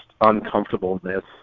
uncomfortableness